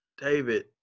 David